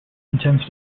intends